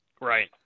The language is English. Right